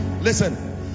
Listen